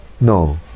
no